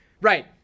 Right